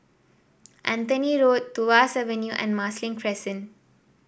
Anthony Road Tuas Avenue and Marsiling Crescent